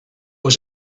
was